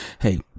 Hey